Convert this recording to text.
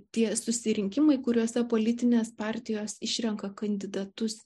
tie susirinkimai kuriuose politinės partijos išrenka kandidatus